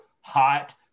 hot